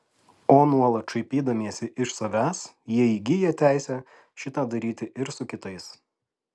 o nuolat šaipydamiesi iš savęs jie įgyja teisę šitą daryti ir su kitais